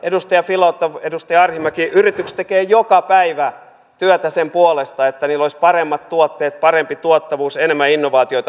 edustaja filatov edustaja arhinmäki yritykset tekevät joka päivä työtä sen puolesta että niillä olisi paremmat tuotteet parempi tuottavuus enemmän innovaatioita